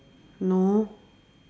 no